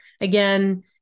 Again